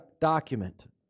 document